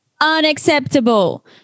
unacceptable